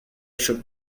should